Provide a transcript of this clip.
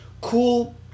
cool